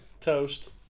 Toast